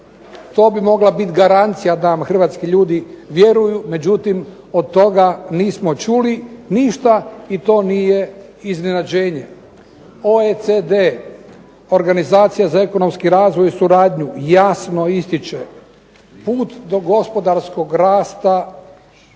To bi mogla biti garancija da vam hrvatski ljudi vjeruju, međutim od toga nismo čuli ništa i to nije iznenađenje. OECD organizacija za ekonomski razvoj i suradnju jasno ističe put do gospodarskog rasta